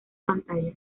pantalla